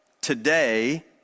today